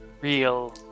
real